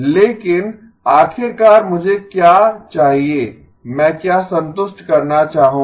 लेकिन आखिरकार मुझे क्या चाहिए मैं क्या संतुष्ट करना चाहूंगा